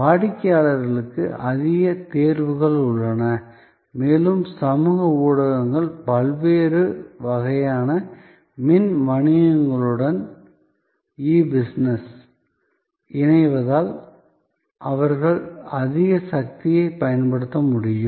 வாடிக்கையாளர்களுக்கு அதிக தேர்வுகள் உள்ளன மேலும் சமூக ஊடகங்கள் பல்வேறு வகையான மின் வணிகங்களுடன் இணைவதால் அவர்கள் அதிக சக்தியைப் பயன்படுத்த முடியும்